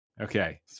Okay